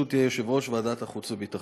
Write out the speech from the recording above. ועדת החוץ והביטחון.